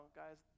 guys